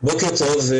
בוקר טוב.